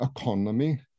economy